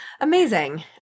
Amazing